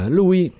lui